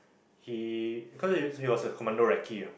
he cause he he was a commando recce